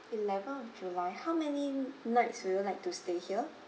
eleven of july how many nights will you would like to stay here